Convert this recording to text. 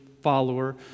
follower